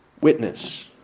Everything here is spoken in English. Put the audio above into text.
witness